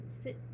sit